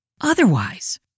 Otherwise